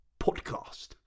podcast